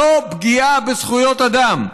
זו פגיעה בזכויות אדם.